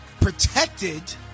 protected